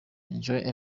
enjoy